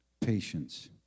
patience